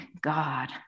God